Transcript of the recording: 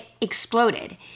exploded